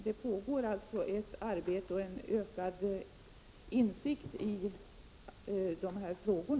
Det pågår ett arbete, och man har fått ökad insikt i dessa frågor.